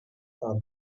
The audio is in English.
are